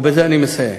ובזה אני מסיים.